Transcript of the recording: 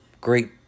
great